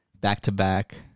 back-to-back